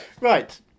Right